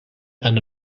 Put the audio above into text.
and